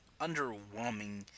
underwhelming